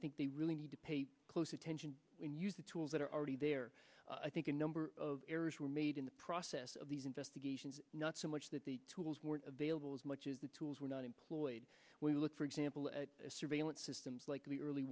i think they really need to pay close attention when you use the tools that are already there i think a number of errors were made in the process of these investigations not so much that the tools weren't available as much as the tools were not employed we look for example at surveillance systems likely early